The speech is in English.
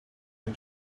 can